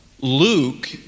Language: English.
Luke